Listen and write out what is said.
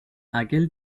aquel